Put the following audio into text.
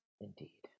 Indeed